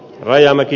rajamäki